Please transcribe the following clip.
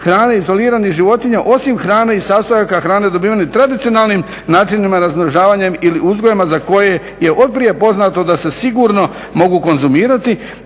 hrane izoliranih životinja osim hrane i sastojaka, hrane dobivene tradicionalnim načinima razmnožavanjem ili uzgojem a za koje je otprije poznato da se sigurno mogu konzumirati